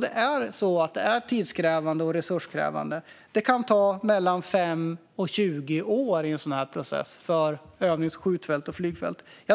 Denna process är tids och resurskrävande och kan ta 5-20 år,